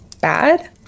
bad